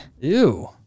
Ew